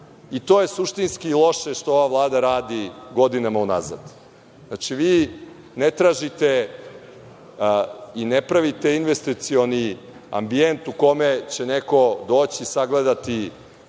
To je suštinski loše što ova Vlada radi godinama unazad. Znači, vi ne tražite i ne pravite investicioni ambijent u kome će neko doći, sagledati